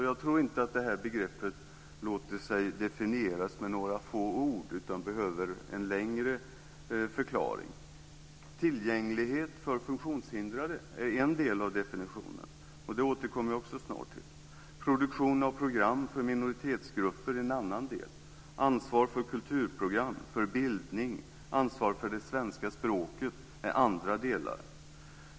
Jag tror inte att det här begreppet låter sig definieras med några få ord utan behöver en längre förklaring. Tillgänglighet för funktionshindrade är en del av definitionen, och det återkommer jag snart till. Produktion av program för minoritetsgrupper är en annan del. Ansvar för kulturprogram, för bildning och för det svenska språket är andra delar.